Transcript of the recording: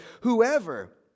Whoever